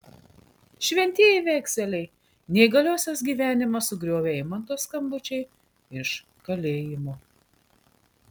šventieji vekseliai neįgaliosios gyvenimą sugriovė eimanto skambučiai iš kalėjimo